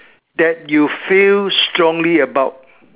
that you feel strongly about